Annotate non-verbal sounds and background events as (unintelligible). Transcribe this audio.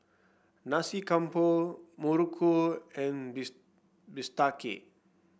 Nasi Campur muruku and (unintelligible) bistake